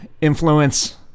influence